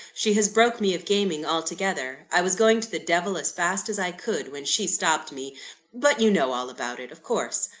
she has broke me of gaming altogether i was going to the devil as fast as i could, when she stopped me but you know all about it, of course.